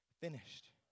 finished